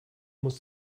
muss